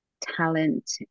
talent